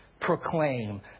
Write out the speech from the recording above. proclaim